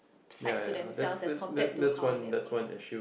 side to themselves as compared to how they were